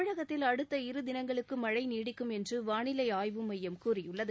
தமிழகத்தில் அடுத்த இருதினங்களுக்கு மழை நீடிக்கும் என்று வானிலை ஆய்வு மையம் கூறியுள்ளது